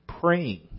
praying